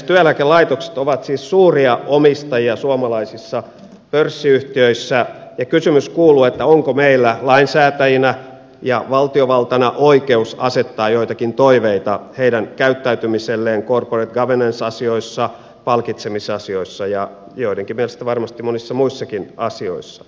työeläkelaitokset ovat siis suuria omistajia suomalaisissa pörssiyhtiöissä ja kysymys kuuluu onko meillä lainsäätäjinä ja valtiovaltana oikeus asettaa joitakin toiveita niiden käyttäytymiselle corporate governance asioissa palkitsemisasioissa ja joidenkin mielestä varmasti monissa muissakin asioissa